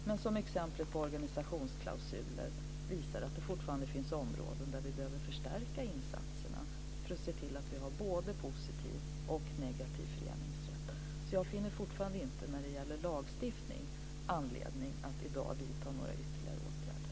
Men exemplet med organisationsklausuler visar att det fortfarande finns områden där vi behöver förstärka insatserna för att se till att vi har både positiv och negativ föreningsrätt. Jag finner fortfarande inte när det gäller lagstiftning anledning att i dag vidta några ytterligare åtgärder.